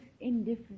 indifferent